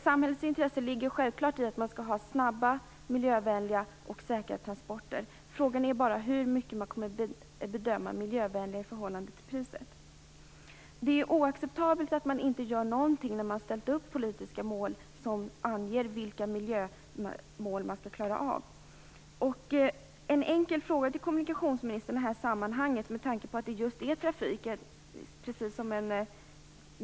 Samhället har självklart ett intresse i snabba, miljövänliga och säkra transporter. Frågan är bara hur högt man kommer att värdera miljövänligheten i förhållande till priset. Det är oacceptabelt att man inte gör någonting när man har ställt upp politiska mål som anger vilka miljömål man skall klara av. Jag har en enkel fråga till kommunikationsministern.